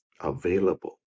available